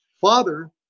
father